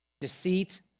deceit